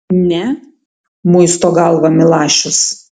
ne muisto galvą milašius